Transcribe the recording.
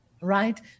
Right